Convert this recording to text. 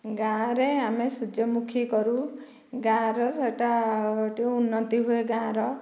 ଗାଁରେ ଆମେ ସ୍ୱର୍ଯ୍ୟମୁଖୀ କରୁ ଗାଁର ସେଟା ଟିକେ ଉନ୍ନତି ହୁଏ ଗାଁର